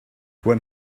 when